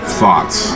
thoughts